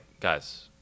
guys